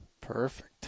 Perfect